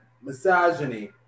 misogyny